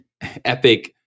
Epic